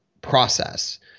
process